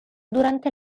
durante